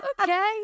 okay